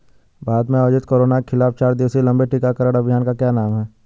भारत में आयोजित कोरोना के खिलाफ चार दिवसीय लंबे टीकाकरण अभियान का क्या नाम है?